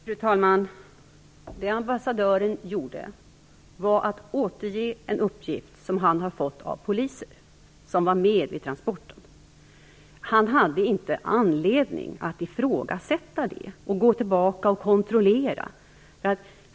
Fru talman! Det ambassadören gjorde var att återge en uppgift som han hade fått av poliser som var med vid transporten. Han hade inte anledning att ifrågasätta den uppgiften och gå tillbaka och kontrollera.